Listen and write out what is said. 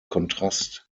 kontrast